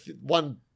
one